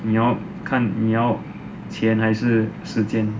你要看你要钱还是时间